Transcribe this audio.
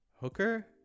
Hooker